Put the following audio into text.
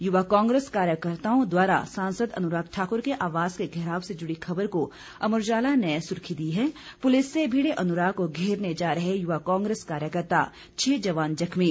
युवा कांग्रेस कार्यकर्ताओं द्वारा सांसद अनुराग ठाकुर के आवास के घेराव से जुड़ी खबर को अमर उजाला ने सुर्खी दी है पुलिस से भिड़े अनुराग को घेरने जा रहे युवा कांग्रेस कार्यकर्ता छह जवान जख्मी